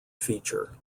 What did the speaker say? feature